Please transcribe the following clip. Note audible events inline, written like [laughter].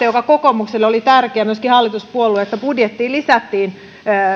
[unintelligible] joka kokoomukselle oli tärkeä myöskin hallituspuolueille budjettiin lisättiin